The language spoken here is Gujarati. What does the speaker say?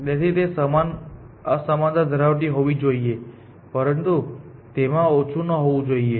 તેથી તે સમાન અસમાનતા ધરાવતી હોવી જોઈએ પરંતુ તેમાં તે ઓછું ન હોવું જોઈએ